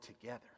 together